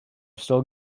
still